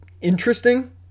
interesting